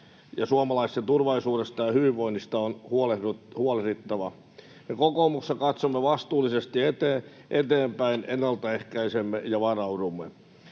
suomalaisten turvallisuudesta ja hyvinvoinnista on huolehdittava. Me kokoomuksessa katsomme vastuullisesti eteenpäin, ennaltaehkäisemme ja varaudumme.